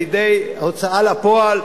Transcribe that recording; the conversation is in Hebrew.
לידי הוצאה לפועל,